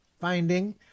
finding